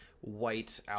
white